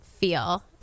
feel